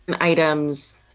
items